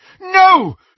No